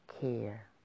care